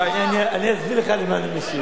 אני אסביר לך למה אני משיב.